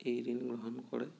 এই ঋণ গ্ৰহণ কৰে